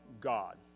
God